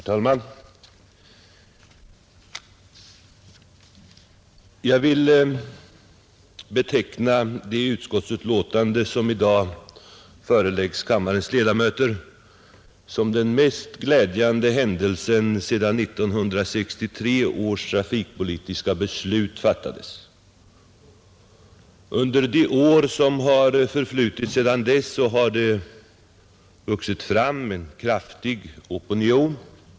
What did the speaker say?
Herr talman! Jag vill beteckna det utskottsbetänkande som i dag föreläggs kammarens ledamöter som den mest glädjande händelsen sedan 1963 års trafikpolitiska beslut fattades. Under de år som förflutit sedan dess har det vuxit fram en kraftig opinion.